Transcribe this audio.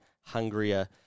hungrier